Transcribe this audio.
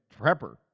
prepper